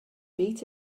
beat